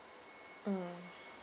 mm